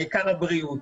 העיקר הבריאות.